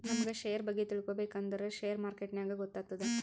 ನಮುಗ್ ಶೇರ್ ಬಗ್ಗೆ ತಿಳ್ಕೋಬೇಕ್ ಅಂದುರ್ ಶೇರ್ ಮಾರ್ಕೆಟ್ನಾಗೆ ಗೊತ್ತಾತ್ತುದ